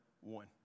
one